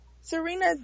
serena